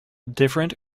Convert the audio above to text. different